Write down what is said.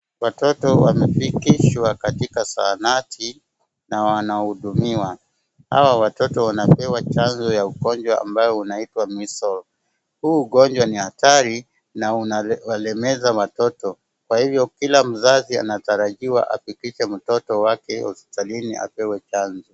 Watoto wamefikishwa katika zahanati na wanahudumiwa. Hawa watoto wanapewa chanjo ya ugonjwa ambao unaitwa measles . Huu ugonjwa ni hatari na unawalemeza watoto kwa hivyo kila mzazi anatarajiwa afikishe mtoto wake hospitalini apewe chanjo.